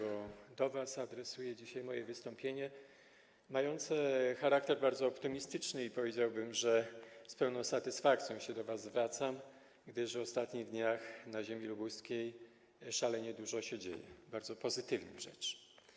To do was adresuję dzisiaj moje wystąpienie mające charakter bardzo optymistyczny i powiedziałbym, że z pełną satysfakcją się do was zwracam, gdyż w ostatnich dniach na ziemi lubuskiej szalenie dużo się dzieje bardzo pozytywnych rzeczy.